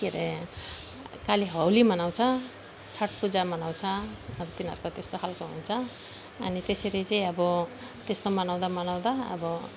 के अरे खालि होली मनाउँछ छठ पूजा मनाउँछ अब तिनीहरूको त्यस्तो खालको हुन्छ अनि त्यसरी चाहिँ अब त्यस्तो मनाउँदा मनाउँदा अब